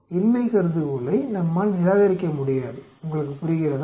இன்மை கருதுகோளை நம்மால் நிராகரிக்க முடியாது உங்களுக்கு புரிகிறதா